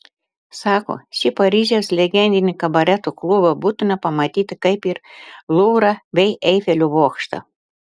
sako šį paryžiaus legendinį kabareto klubą būtina pamatyti kaip ir luvrą bei eifelio bokštą